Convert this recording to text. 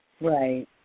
Right